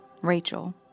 Rachel